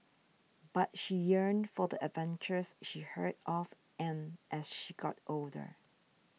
but she yearned for the adventures she heard of and as she got older